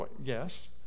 Yes